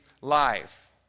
life